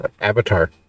Avatar